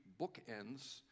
bookends